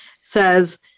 says